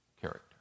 character